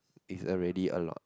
is already a lot